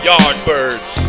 Yardbirds